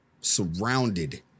surrounded